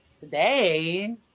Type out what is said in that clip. today